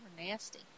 nasty